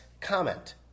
comment